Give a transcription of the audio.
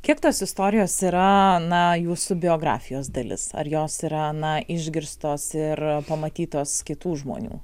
kiek tos istorijos yra na jūsų biografijos dalis ar jos yra na išgirstos ir pamatytos kitų žmonių